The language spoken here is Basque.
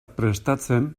prestatzen